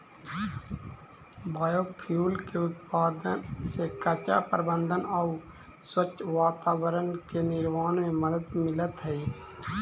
biofuel के उत्पादन से कचरा प्रबन्धन आउ स्वच्छ वातावरण के निर्माण में मदद मिलऽ हई